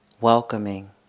Welcoming